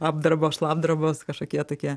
apdrabos šlapdribos kažkokie tokie